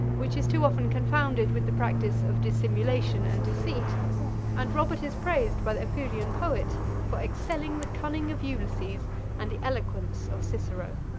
which is too often confounded with the practice of dissimulation and deceit and robert is praised by the apulian poet for excelling the cunning of ulysses and the eloquence of cicero.